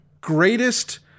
greatest